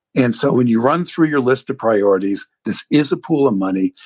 and so when you run through your list of priorities, this is a pool of money.